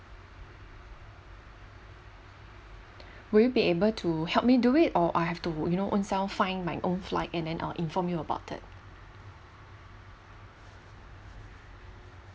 will you be able to help me do it or I have to you know own self find my own flight and then I'll inform you about it